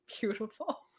Beautiful